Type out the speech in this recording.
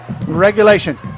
regulation